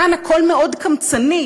כאן הכול מאוד קמצני,